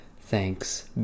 Thanks